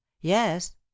Yes